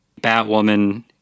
Batwoman